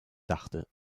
dachte